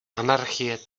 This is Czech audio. anarchie